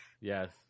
Yes